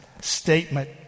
statement